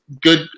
good